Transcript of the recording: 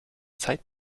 zeit